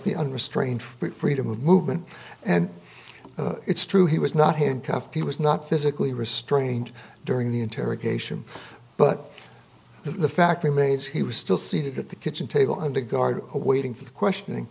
the unrestrained freedom of movement and it's true he was not handcuffed he was not physically restrained during the interrogation but the fact remains he was still seated at the kitchen table and the guard waiting for the questioning